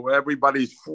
everybody's